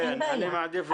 כן, אני מעדיף לעבור.